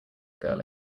girl